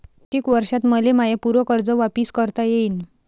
कितीक वर्षात मले माय पूर कर्ज वापिस करता येईन?